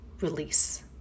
release